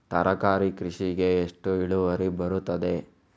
ತರಕಾರಿ ಕೃಷಿಗೆ ಎಷ್ಟು ಇಳುವರಿ ಬರುತ್ತದೆ?